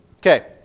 Okay